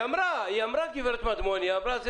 גברת מדמוני אמרה.